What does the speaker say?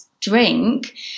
Drink